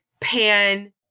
pan